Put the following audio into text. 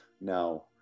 Now